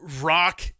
Rock